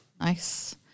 Nice